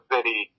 City